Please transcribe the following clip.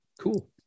cool